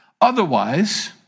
Otherwise